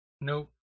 nope